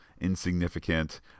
insignificant